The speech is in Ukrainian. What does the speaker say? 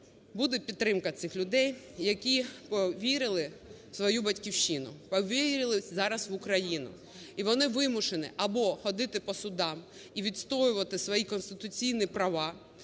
буде підтримка цих людей, які вірили в свою батьківщину, повірили зараз в Україну. І вони вимушені або ходити по судам і відстоювати свої конституційні права.